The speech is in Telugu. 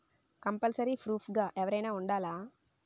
కంపల్సరీ ప్రూఫ్ గా ఎవరైనా ఉండాలా?